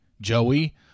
Joey